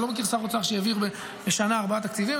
אני לא מכיר שר אוצר שהעביר בשנה ארבעה תקציבים.